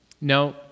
no